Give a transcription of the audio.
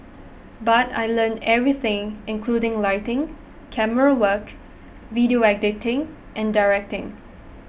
but I learnt everything including lighting camerawork video editing and directing